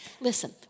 Listen